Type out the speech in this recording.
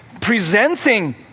presenting